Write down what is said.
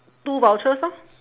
two vouchers orh